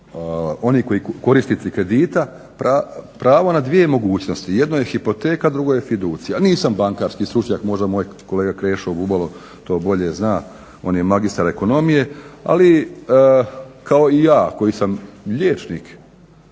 kao oni korisnici kredita pravo na dvije mogućnosti: jedno je hipoteka, drugo je fiducija. Nisam bankarski stručnjak. Možda moj kolega Krešo Bubalo to bolje zna. On je magistar ekonomije, ali kao i ja koji sam liječnik.